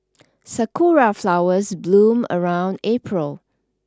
sakura flowers bloom around April